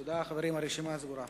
תודה, חברים, הרשימה סגורה.